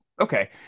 okay